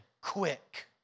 quick